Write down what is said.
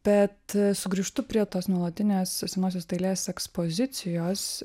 bet sugrįžtu prie tos nuolatinės senosios dailės ekspozicijos